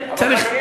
אבל,